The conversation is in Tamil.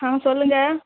ஆ சொல்லுங்க